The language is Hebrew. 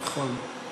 נכון.